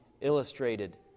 illustrated